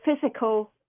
physical